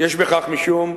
יש בכך משום,